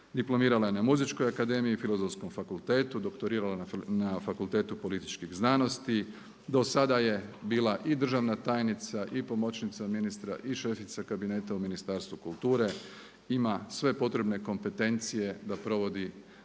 Diplomirala je na Muzičkoj akademiji i Filozofskom fakultetu, doktorirala na Fakultetu političkih znanosti. Do sada je bila i državna tajnica i pomoćnica ministra i šefica kabineta u Ministarstvu kulture. Ima sve potrebne kompetencije da provodi